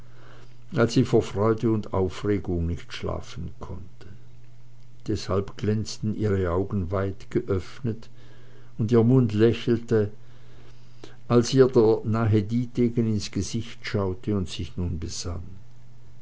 weil sie vor freude und aufregung nicht schlafen konnte deshalb glänzten ihre augen weit geöffnet und ihr mund lächelte als ihr der nahe dietegen ins gesicht schaute und sich nun besann